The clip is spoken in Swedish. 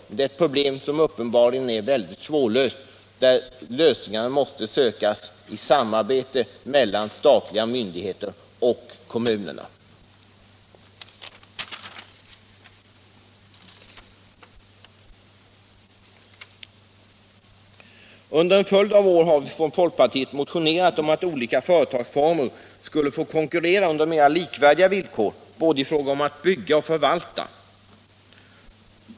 Det är ett problem som uppenbarligen är väldigt svårlöst och där lösningarna måste sökas i samarbete mellan de statliga myndigheterna och kommunerna. Under en följd av år har vi i folkpartiet motionerat om att olika företagsformer bör få konkurrera på mera likvärdiga villkor, både i fråga om att bygga och när det gäller att förvalta.